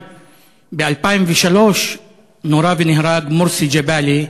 ב-2003 נורה ונהרג מורסי ג'באלי,